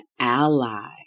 ally